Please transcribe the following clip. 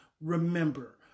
Remember